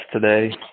today